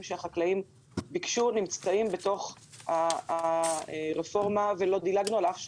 שהחקלאים ביקשו נמצאים בתוך הרפורמה ולא דילגנו על אף שלב.